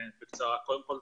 קודם כל,